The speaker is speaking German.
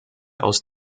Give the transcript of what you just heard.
aus